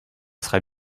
serait